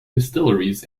distilleries